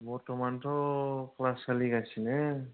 बरथमानथ' class सोलिगासनो